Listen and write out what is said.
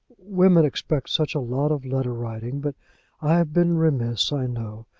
women expect such a lot of letter-writing! but i have been remiss i know.